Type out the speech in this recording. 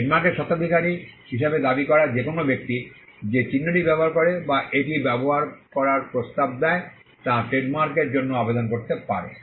ট্রেডমার্কের স্বত্বাধিকারী হিসাবে দাবি করা যে কোনও ব্যক্তি যে চিহ্নটি ব্যবহার করে বা এটি ব্যবহার করার প্রস্তাব দেয় তা ট্রেডমার্কের জন্য আবেদন করতে পারে